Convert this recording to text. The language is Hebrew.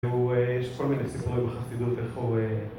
יש כל מיני סיפורי בחסידות, איך הוא...